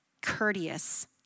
courteous